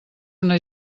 una